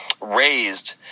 raised